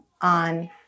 on